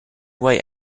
way